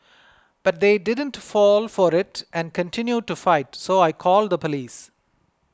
but they didn't fall for it and continued to fight so I called the police